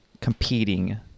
competing